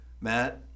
Matt